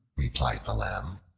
replied the lamb,